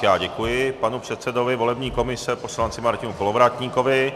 Já děkuji panu předsedovi volební komise poslanci Martinu Kolovratníkovi.